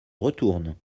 retourne